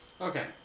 Okay